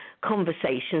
conversations